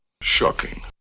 Shocking